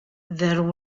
there